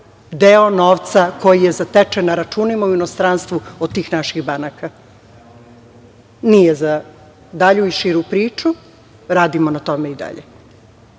deo novca koji je zatečen na računima u inostranstvu od tih naših banaka. Nije za dalju i širu priču. Radimo na tome i dalje.